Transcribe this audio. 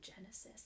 Genesis